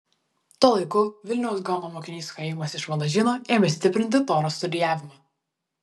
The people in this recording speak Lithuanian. tuo laiku vilniaus gaono mokinys chaimas iš valažino ėmė stiprinti toros studijavimą